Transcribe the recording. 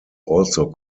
also